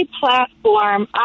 platform